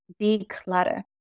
Declutter